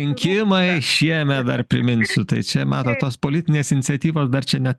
rinkimai šiemet dar priminsiu tai čia matot tos politinės iniciatyvos dar čia ne